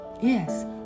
Yes